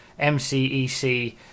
MCEC